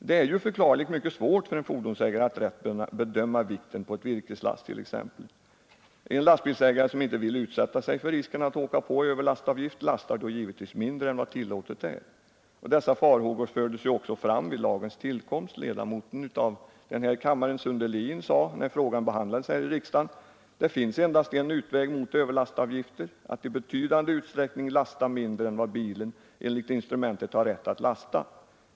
Det är ju förklarligt nog mycket svårt för en fordonsägare att rätt bedöma vikten på ett virkeslass t.ex. En lastbilsägare som inte vill utsätta sig för risken att åka på överlastavgift lastar då givetvis mindre än vad tillåtet är. Dessa farhågor fördes ju också fram vid lagens tillkomst. Ledamoten av denna kammare herr Sundelin sade när frågan behandlades här i riksdagen: ”Det finns endast en utväg mot överlastavgifter: att i betydande utsträckning lasta mindre än vad bilen enligt instrumentet har rätt att lasta.